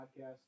podcast